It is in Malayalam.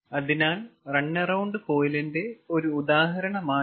അതിനാൽ റൺ എറൌണ്ട് കോയിലിന്റെ ഒരു ഉദാഹരണമാണിത്